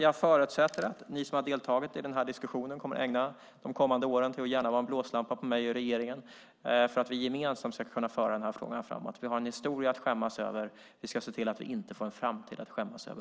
Jag förutsätter att ni som har deltagit i diskussionen kommer att ägna de kommande åren åt att vara en blåslampa på mig och regeringen så att vi gemensamt ska kunna föra frågan framåt. Vi har en historia att skämmas över. Vi ska se till att vi inte också får en framtid att skämmas över.